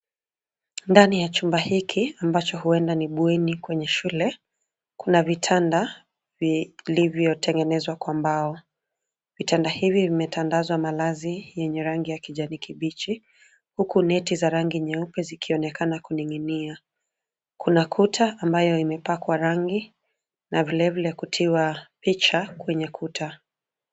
Ndani ya chumba hiki ambacho huenda ni bweni kwenye shule, kuna vitanda vilivyotengenezwa kwa mbao. Vitanda hivi vimetandazwa malazi yenye rangi ya kijani kibichi, huku net za rangi nyeupe zikionekana kuning'inia. Kuna kuta ambayo imepakwa rangi na vilevile kutiwa picha kwenye kuta.